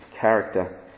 character